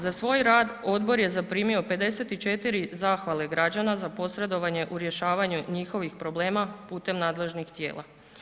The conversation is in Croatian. Za svoj rad odbor je zaprimio 54 zahvale građana za posredovanje u rješavanju njihovih problema putem nadležnih tijela.